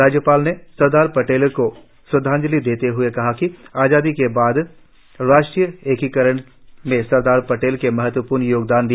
राज्यपाल ने सरदार पटेल को श्रद्वांजलि देते हुए कहा कि आजादी के बाद राष्ट्रीय एकीकरण में सरदार पटेल ने महत्वपूर्ण योगदान दिया